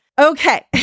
Okay